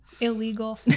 illegal